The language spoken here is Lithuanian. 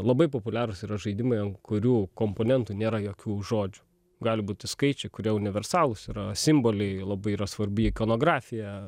labai populiarūs yra žaidimai ant kurių komponentų nėra jokių žodžių gali būti skaičiai kurie universalūs yra simboliai labai yra svarbi ikonografija